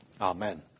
Amen